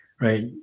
right